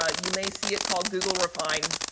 ah you may see it called google refine